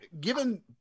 given